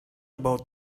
about